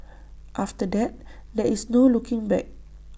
after that there's no looking back